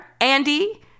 Andy